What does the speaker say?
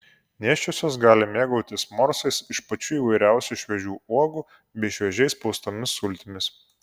nėščiosios gali mėgautis morsais iš pačių įvairiausių šviežių uogų bei šviežiai spaustomis sultimis